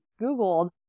googled